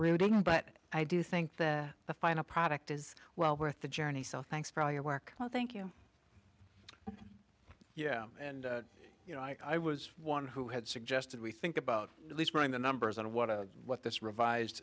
rooting but i do think that the final product is well worth the journey so thanks for all your work well thank you yeah and you know i was one who had suggested we think about at least knowing the numbers and what a what this revised